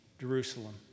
Jerusalem